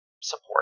support